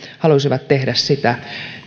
haluaisivat tehdä sitä